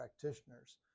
practitioners